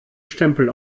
stempel